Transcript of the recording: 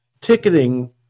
Ticketing